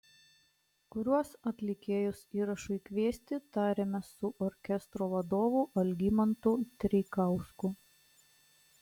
kuriuos atlikėjus įrašui kviesti tarėmės su orkestro vadovu algimantu treikausku